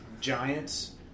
giants